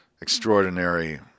extraordinary